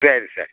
ಸರಿ ಸರ್